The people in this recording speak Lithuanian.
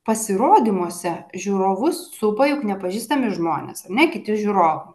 pasirodymuose žiūrovus supa juk nepažįstami žmonės ar ne kiti žiūrovai